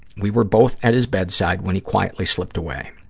we were both at his bedside when he quietly slipped away.